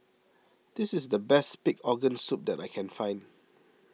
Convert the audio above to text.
this is the best Pig Organ Soup that I can find